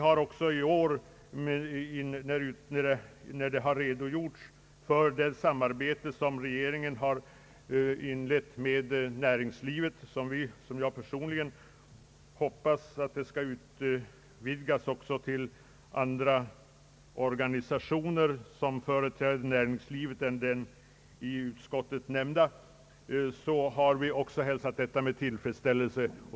När det i år har redogjorts för det samarbete som regeringen inlett med näringslivet — vilket jag personligen hoppas skall utvidgas till andra organisationer inom näringslivet än den i utskottsutlåtandet nämnda — har vi också hälsat detta med tillfredsställelse.